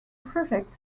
project